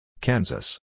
Kansas